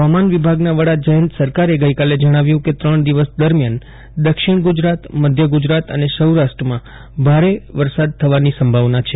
હવામાન વિભાગના વડા જયંત સરકારે ગઇકાલે જણાવ્યું હતું કે ત્રણ દિવસ દરમિયાન દક્ષિણ ગુજરાત મધ્ય ગુજરાત અને સૌરાષ્ટ્રમાં ભારે વરસાદ થવાની સંભાવના છે